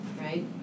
right